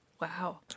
Wow